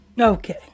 Okay